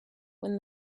when